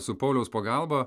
su pauliaus pagalba